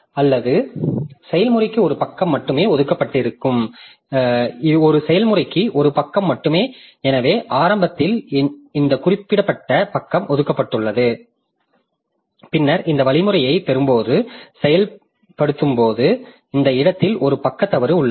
அல்லது செயல்முறைக்கு ஒரு பக்கம் மட்டுமே ஒதுக்கப்பட்டிருப்பேன் என்று சொன்னால் ஒரு செயல்முறைக்கு ஒரு பக்கம் மட்டுமே எனவே ஆரம்பத்தில் இந்த குறிப்பிட்ட பக்கம் ஒதுக்கப்பட்டுள்ளது பின்னர் இந்த வழிமுறையைப் பெறும்போது செயல்படுத்தும்போது இந்த இடத்தில் ஒரு பக்க தவறு உள்ளது